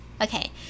Okay